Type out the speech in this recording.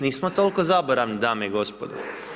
Nismo toliko zaboravni dame i gospodo.